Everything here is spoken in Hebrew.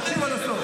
תקשיב עד הסוף.